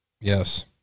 Yes